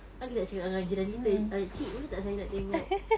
kan kita tak cakap dengan jiran kita uh cik boleh tak saya tengok